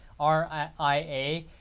RIA